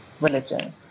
religion